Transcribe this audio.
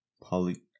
poly